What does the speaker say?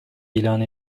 ilan